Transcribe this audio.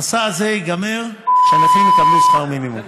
המסע הזה ייגמר כשהנכים יקבלו שכר מינימום.